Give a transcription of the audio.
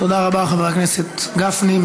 תודה רבה, חבר הכנסת גפני.